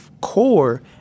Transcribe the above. core